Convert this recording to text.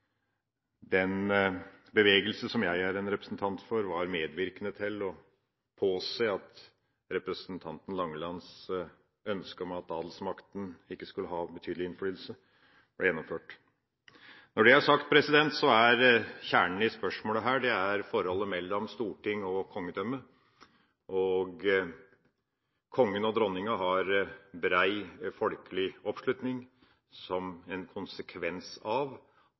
den bevegelse som jeg er en representant for, var medvirkende til å påse at representanten Langelands ønske om at adelsmakta ikke skulle ha betydelig innflytelse, ble gjennomført. Når det er sagt, er kjernen i spørsmålet her forholdet mellom storting og kongedømme. Kongen og dronninga har bred folkelig